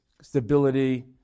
stability